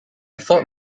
thought